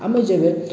ଆମ ଯେବେ